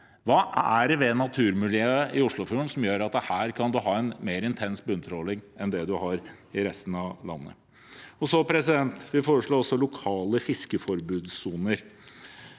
Hva er det ved naturmiljøet i Oslofjorden som gjør at man her kan ha en mer intens bunntråling enn det man har i resten av landet? Vi foreslår også lokale fiskeforbudssoner.